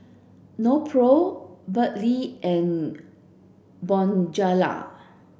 Nepro Burt bee and Bonjela